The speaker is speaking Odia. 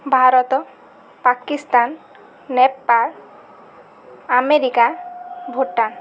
ଭାରତ ପାକିସ୍ତାନ ନେପାଳ ଆମେରିକା ଭୁଟାନ